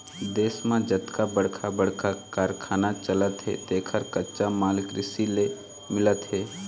देश म जतका बड़का बड़का कारखाना चलत हे तेखर कच्चा माल कृषि ले मिलत हे